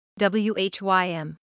WHYM